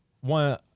one